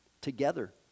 together